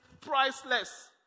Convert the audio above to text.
priceless